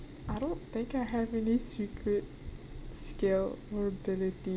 I don't think I have any secret skill or ability